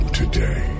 today